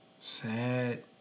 Sad